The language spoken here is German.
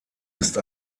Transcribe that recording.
ist